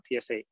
PSA